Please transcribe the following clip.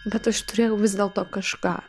bet aš turėjau vis dėlto kažką